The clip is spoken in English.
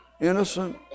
innocent